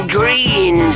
green